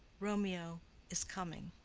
romeo is coming.